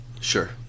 sure